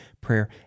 prayer